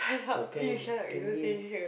uh can can we